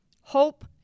hope